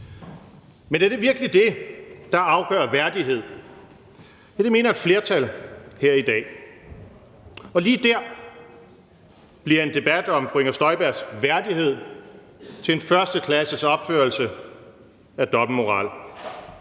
Men er det virkelig det, der afgør værdighed? Ja, det mener et flertal her i dag. Og lige der bliver en debat om fru Inger Støjbergs værdighed til en førsteklasses opførelse af dobbeltmoral.